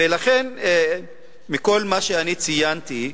ולכן, מכל מה שאני ציינתי,